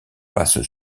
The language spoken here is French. passe